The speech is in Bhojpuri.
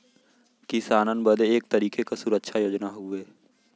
किसानन बदे एक तरीके के सुरक्षा योजना हउवे